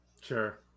Sure